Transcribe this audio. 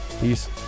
Peace